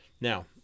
Now